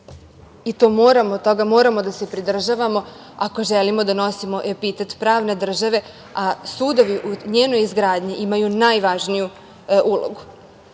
dobiti. I toga moramo da se pridržavamo, ako želimo da nosimo epitet pravne države, a sudovi u njenoj izgradnji imaju najvažniju ulogu. Hajde